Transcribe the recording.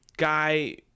Guy